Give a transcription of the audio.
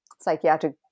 psychiatric